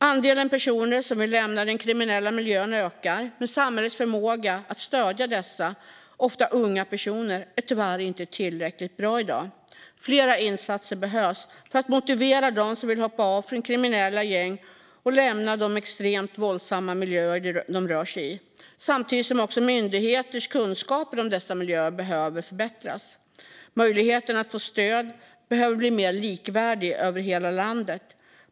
Andelen personer som vill lämna den kriminella miljön ökar, men samhällets förmåga att stödja dessa ofta unga personer är tyvärr inte tillräckligt bra i dag. Fler insatser behövs för att motivera dem som vill hoppa av från kriminella gäng och lämna de extremt våldsamma miljöer de rör sig i, samtidigt som också myndigheternas kunskaper om dessa miljöer behöver förbättras. Möjligheterna att få stöd behöver bli mer likvärdiga över landet.